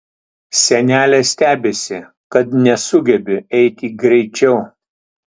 senelė stebisi kad nesugebi eiti greičiau